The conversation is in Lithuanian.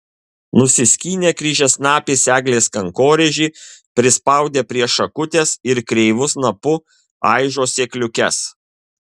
nusiskynė kryžiasnapis eglės kankorėžį prispaudė prie šakutės ir kreivu snapu aižo sėkliukes